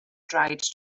tried